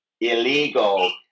illegal